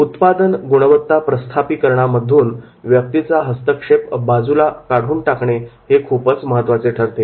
उत्पादन गुणवत्ता प्रस्थापिकरणामधून व्यक्तीचा हस्तक्षेप काढून टाकणे हे खूपच महत्त्वाचे ठरते